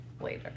later